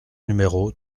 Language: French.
numéro